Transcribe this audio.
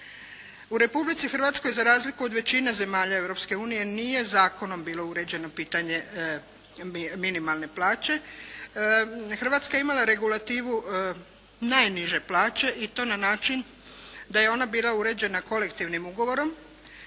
U Republici Hrvatskoj za razliku od većine zemalja Europske unije nije zakonom bilo uređeno pitanje minimalne plaće. Hrvatska je imala regulativu najniže plaće i to na način da je ona bila uređena kolektivnim ugovorom